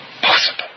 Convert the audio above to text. possible